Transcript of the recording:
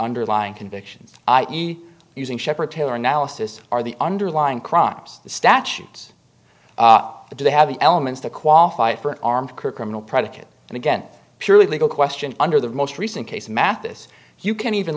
underlying convictions i e using shepherd taylor analysis are the underlying crimes statutes that they have the elements that qualify for an armed criminal predicate and again purely legal question under the most recent case mathis you can even